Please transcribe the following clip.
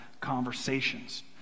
conversations